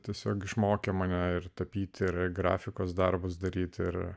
tiesiog išmokė mane ir tapyti ir grafikos darbus daryti ir